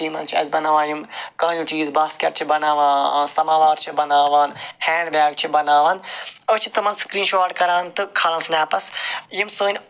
یمن چھِ اَسہِ بناوان یِم کانیٚو چیٖز باسکیٚٹ چھِ بناوان سماوار چھِ بناوان ہینڈ بیگ چھِ بناوان أسۍ چھِ تمن سکریٖن شارٹ کران تہٕ کھالان سنیپَس یِم سٲنۍ